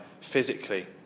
physically